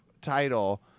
title